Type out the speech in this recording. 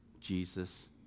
Jesus